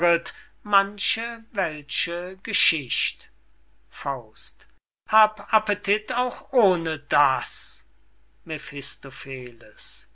manche welsche geschicht hab appetit auch ohne das